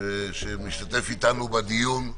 שמשתתף אתנו בדיון הזה.